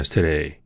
Today